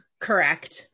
correct